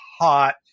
hot